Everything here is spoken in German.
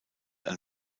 ein